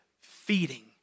feeding